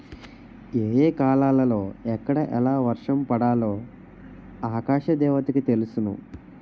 ఏ ఏ కాలాలలో ఎక్కడ ఎలా వర్షం పడాలో ఆకాశ దేవతకి తెలుసును